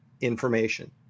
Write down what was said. information